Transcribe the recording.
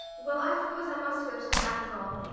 well, i suppose i must go to them after all.